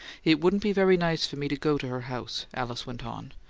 it wouldn't be very nice for me to go to her house, alice went on,